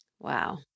Wow